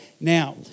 Now